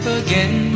again